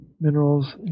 minerals